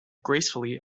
gracefully